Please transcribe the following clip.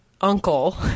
uncle